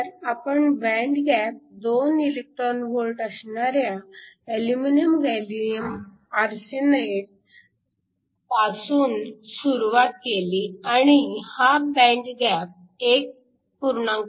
तर आपण band gap 2eV असणाऱ्या अल्युमिनियम गॅलीअम आर्सेनाईड पासून सुरुवात केली आणि हा बँड गॅप 1